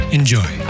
enjoy